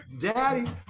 Daddy